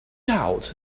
out